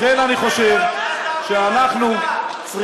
לכן אנחנו חושבים שאנחנו צריכים,